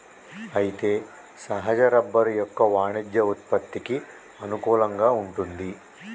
అయితే సహజ రబ్బరు యొక్క వాణిజ్య ఉత్పత్తికి అనుకూలంగా వుంటుంది